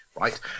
right